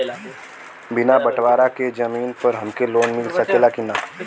बिना बटवारा के जमीन पर हमके लोन मिल सकेला की ना?